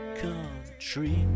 country